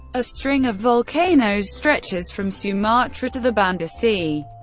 a string of volcanoes stretches from sumatra to the banda sea.